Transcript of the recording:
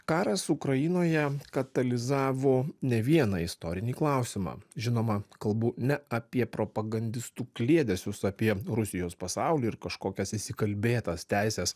karas ukrainoje katalizavo ne vieną istorinį klausimą žinoma kalbu ne apie propagandistų kliedesius apie rusijos pasaulį ir kažkokias įsikalbėtas teises